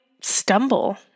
stumble